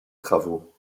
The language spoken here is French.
travaux